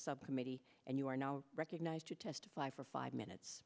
subcommittee and you are now recognized to testify for five minutes